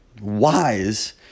wise